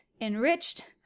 enriched